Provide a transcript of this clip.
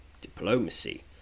diplomacy